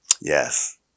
Yes